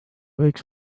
võiks